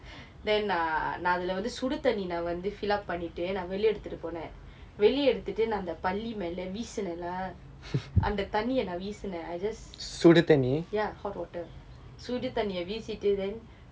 then err நான் அதுல வந்து சுடுதண்ணி நான் வந்து:naan athula vanthu suduthanni naan vanthu fill up பண்ணிட்டு நான் வந்து வெளியே எடுத்துட்டு போனேன் வெளியே எடுத்துட்டு நான் இந்த பல்லி மேல வீசினேன்:pannittu naan vanthu veliye eduthuttu ponen veliye eduthuttu naan intha palli mela visinen lah அந்த தண்ணியே நான் வீசினேன்:antha thanniye naan visinen I just yeah hot water சுடுதண்ணியே வீசிட்டு:suduthanniye visittu then